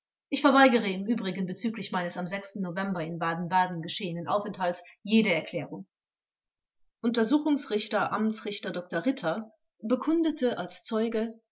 ich verweigere im übrigen bezüglich meines am november in baden-baden geschehenen aufenthalts jede erklärung untersuchungsrichter amtsrichter dr ritter bekundete kundete als zeuge